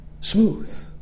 smooth